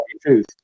truth